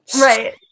right